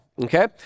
Okay